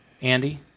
Andy